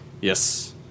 Yes